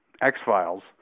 X-Files